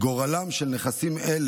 גורלם של נכסים אלה